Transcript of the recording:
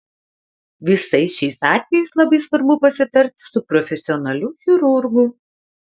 visais šiais atvejais labai svarbu pasitarti su profesionaliu chirurgu